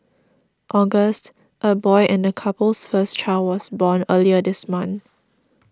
August a boy and the couple's first child was born earlier this month